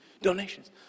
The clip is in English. donations